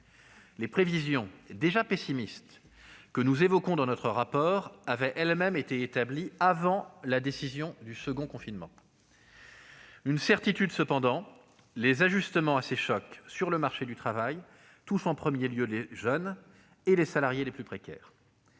Les prévisions, déjà pessimistes, que nous présentons dans notre rapport ont elles-mêmes été établies avant la décision du second confinement ... Une certitude, cependant : les ajustements à ces chocs sur le marché du travail touchent en premier lieu les jeunes et les salariés les plus précaires.